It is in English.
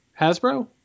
Hasbro